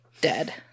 Dead